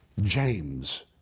James